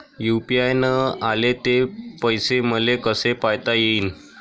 UPI न आले ते पैसे मले कसे पायता येईन?